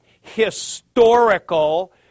historical